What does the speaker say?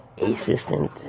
assistant